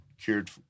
cured